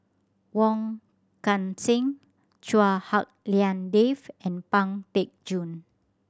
Wong Kan Seng Chua Hak Lien Dave and Pang Teck Joon